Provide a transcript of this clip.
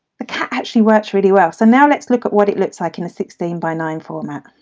the cat actually works really well so now let's look at what it looks like in a sixteen by nine format.